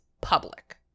public